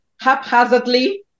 haphazardly